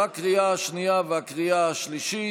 בקריאה השנייה ובקריאה השלישית.